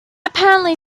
apparently